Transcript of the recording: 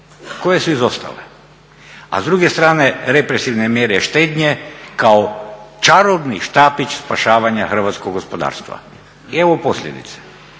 koje su izostale. A s druge strane represivne mjere štednje kao čarobni štapić spašavanja hrvatskog gospodarstva. I evo posljedice